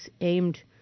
aimed